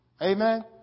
Amen